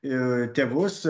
ir tėvus